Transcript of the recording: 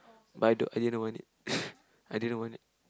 but I don't I didn't want it I didn't want it